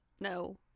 No